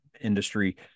industry